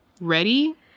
Ready